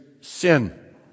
sin